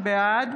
בעד